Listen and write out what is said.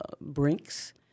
brinks